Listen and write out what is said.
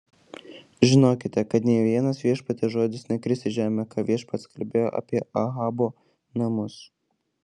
žinokite kad nė vienas viešpaties žodis nekris į žemę ką viešpats kalbėjo apie ahabo namus